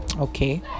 okay